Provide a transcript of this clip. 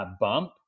bump